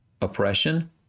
oppression